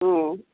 ହଁ